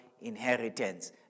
inheritance